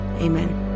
Amen